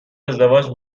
ازدواج